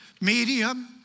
Medium